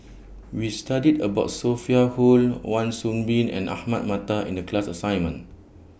We studied about Sophia Hull Wan Soon Bee and Ahmad Mattar in The class assignment